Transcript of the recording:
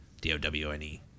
d-o-w-n-e